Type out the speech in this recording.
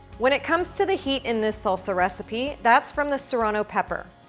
when it comes to the heat in this salsa recipe, that's from the serrano pepper.